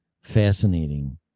fascinating